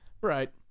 Right